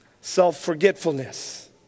self-forgetfulness